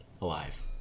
alive